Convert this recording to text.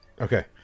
Okay